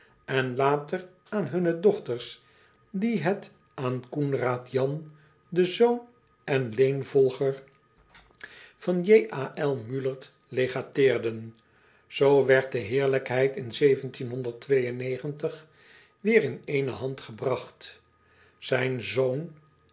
en later aan hunne dochters die het aan oenraad an den zoon en leenvolger van ulert legateerden oo werd de heerlijkheid in weer in ééne hand gebragt ijn zoon